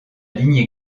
ligne